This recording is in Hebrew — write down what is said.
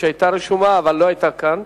שהיתה רשומה אבל לא היתה כאן.